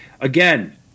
again